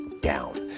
down